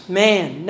man